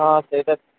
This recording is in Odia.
ହଁ ସେଇଟା